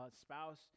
spouse